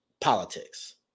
politics